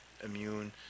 immune